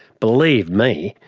believe me,